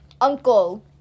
uncle